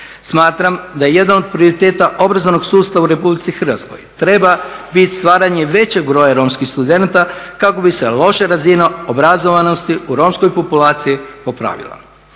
Smatram da je jedan od prioriteta obrazovnog sustava u Republici Hrvatskoj treba bit stvaranje većeg broja romskih studenata kako bi se loša razina obrazovanosti u romskoj populaciji popravila.